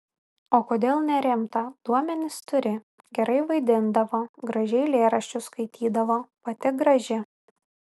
o kodėl nerimta duomenis turi gerai vaidindavo gražiai eilėraščius skaitydavo pati graži